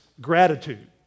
gratitude